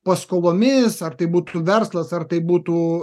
paskolomis ar tai būtų verslas ar tai būtų